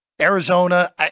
Arizona